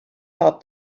thought